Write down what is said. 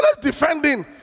defending